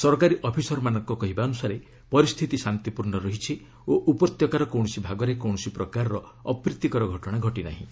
ସରକାରୀ ଅଫିସରମାନଙ୍କ କହିବା ଅନୁସାରେ ପରିସ୍ଥିତି ଶାନ୍ତିପୂର୍ଣ୍ଣ ରହିଛି ଓ ଉପତ୍ୟକାର କକବିଣସି ଭାଗରେ କକବିଣସି ପ୍ରକାରର ଅପ୍ରୀତିକର ଘଟଣା ଘଟିନାହିଁ